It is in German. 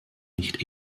nicht